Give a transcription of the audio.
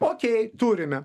okei turime